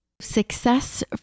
Success